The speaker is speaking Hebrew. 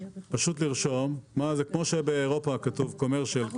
כמו שבאירופה כתוב קומרשל,